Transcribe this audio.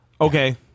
Okay